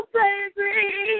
baby